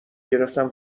گرفتم